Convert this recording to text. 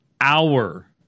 hour